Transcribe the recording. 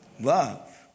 Love